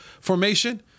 formation